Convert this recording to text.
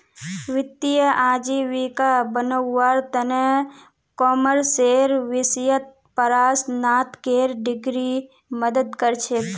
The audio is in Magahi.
वित्तीय आजीविका बनव्वार त न कॉमर्सेर विषयत परास्नातकेर डिग्री मदद कर छेक